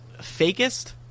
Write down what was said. fakest